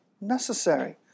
necessary